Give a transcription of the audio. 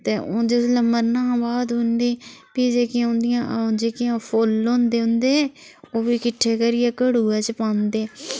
ते हून जिसलै मरना हा बाद उं'दी फ्ही जेह्कियां उंदियां जेह्कियां फुल्ल होंदे उंदे ओह् बी किट्ठे करियै घडुए च पांदे